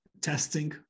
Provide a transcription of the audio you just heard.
testing